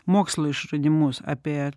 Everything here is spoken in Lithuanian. mokslo išradimus apie